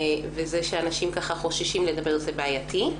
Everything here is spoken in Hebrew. וזה שאנשים חוששים לדבר זה בעייתי.